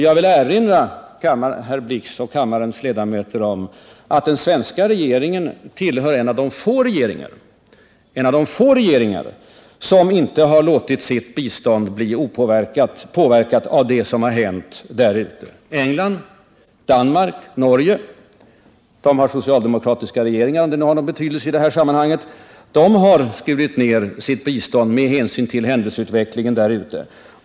Jag vill erinra herr Blix och kammarens ledamöter om att den svenska regeringen är en av de få regeringar som inte har låtit sitt bistånd bli påverkat av det som hänt där ute: England, Danmark och Norge — som har socialdemokratiska regeringar, om det har någon betydelse i sammanhanget — har skurit ned sitt bistånd med hänsyn till händelseutvecklingen.